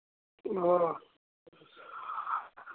آ